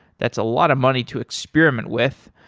that's a lot of money to experiment with.